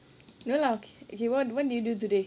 no lah okay wha~ what did you do today